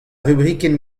rubrikenn